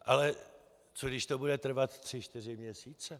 Ale co když to bude trvat tři čtyři měsíce?